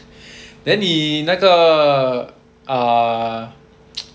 then 你那个 err